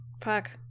fuck